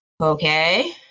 okay